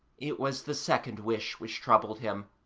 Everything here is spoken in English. it was the second wish which troubled him.